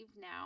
now